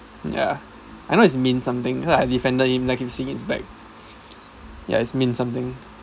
ya I know it's ming something cause I defended him let him see his back ya it's Ming something